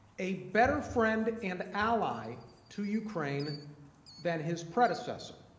a better friend and ally to ukraine than his predecessor.